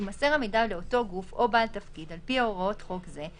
יימסר המידע לאותו גוף או בעל תפקיד על פי הוראות חוק זה,